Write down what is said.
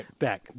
back